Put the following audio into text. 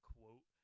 Quote